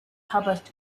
published